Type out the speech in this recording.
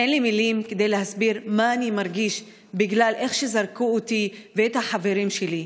אין לי מילים להסביר מה אני מרגיש בגלל איך שזרקו אותי ואת החברים שלי.